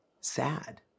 sad